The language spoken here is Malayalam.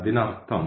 അതിനർത്ഥം